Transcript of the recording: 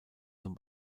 zum